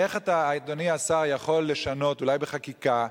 אדוני השר, איך אתה יכול לשנות, אולי בחקיקה,